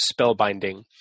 spellbinding